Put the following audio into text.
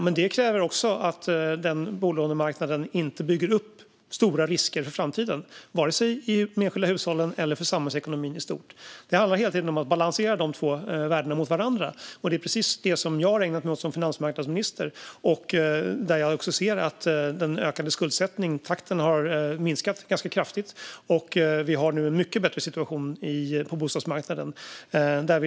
Men det kräver också att bolånemarknaden inte bygger upp stora risker för framtiden, vare sig i de enskilda hushållen eller för samhällsekonomin i stort. Det handlar om att hela tiden balansera de två värdena mot varandra, och det är precis det som jag har ägnat mig åt som finansmarknadsminister. Skuldsättningstakten har minskat ganska kraftigt, och vi har nu en mycket bättre situation på bostadsmarknaden.